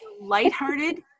lighthearted